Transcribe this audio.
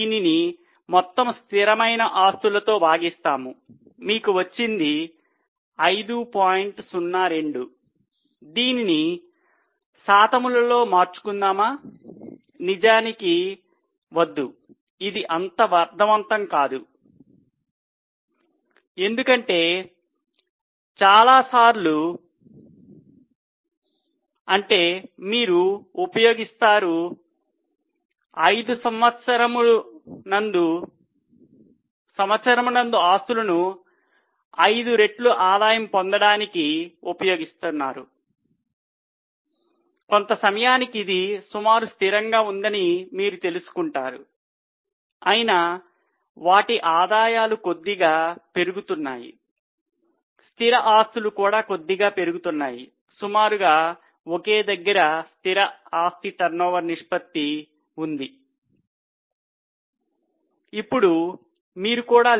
ఇప్పుడు మీరు కూడా లెక్క కట్టవచ్చు మిగిలిన టర్నోవర్ నిష్పత్తిలు